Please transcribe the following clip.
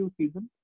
season